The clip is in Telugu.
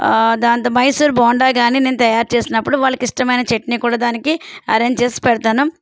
దాంతో మైసూరు బోండా కాని నేను తయారు చేసినప్పుడు వాళ్ళకి ఇష్టమైన చట్నీ కూడా దానికి అరేంజ్ చేసి పెడతాను